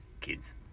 kids